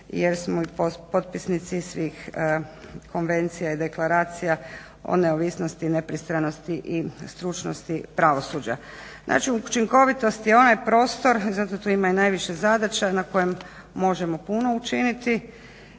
jer smo potpisnici svih Konvencija i Deklaracija o neovisnosti i nepristranosti i stručnosti pravosuđa. Znači, učinkovitost je onaj prostor, zato tu ima najviše zadaća na kojem možemo puno učiniti